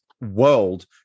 world